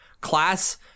Class